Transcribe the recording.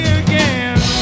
again